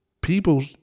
people